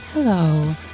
Hello